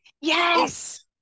Yes